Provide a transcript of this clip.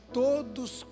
todos